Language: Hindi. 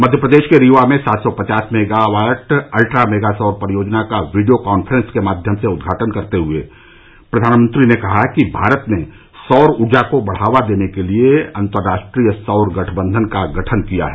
मध्य प्रदेश के रीवा में सात सौ पचास मेगावाट अल्ट्रामेगा सौर परियोजना का वीडियो कान्फ्रेंस के माध्यम से उद्घाटन करते हुए प्रधानमंत्री ने कहा कि भारत ने सौर ऊर्जा को बढ़ावा देने के लिए अंतरराष्ट्रीय सौर गठबंधन का गठन किया है